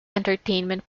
entertainment